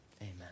Amen